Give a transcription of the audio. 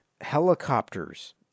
Helicopters